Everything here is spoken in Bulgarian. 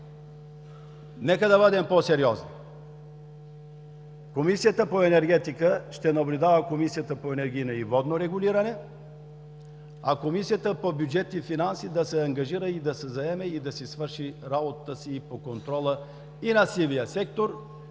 Нека да бъдем по-сериозни! Комисията по енергетика ще наблюдава Комисията по енергийно и водно регулиране, а Комисията по бюджет и финанси да се ангажира и да си свърши работата по контрола и на сивия сектор,